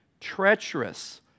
treacherous